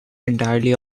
entirely